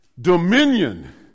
dominion